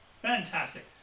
Fantastic